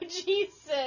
Jesus